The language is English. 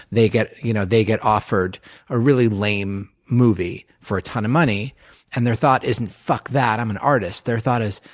they get you know they get offered a really lame movie for a ton of money and their thought isn't, fuck that. i'm an artist. their thought is,